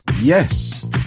yes